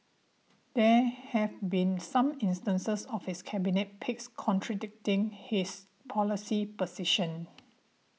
there have been some instances of his cabinet picks contradicting his policy positions